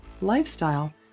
lifestyle